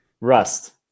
Rust